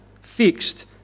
fixed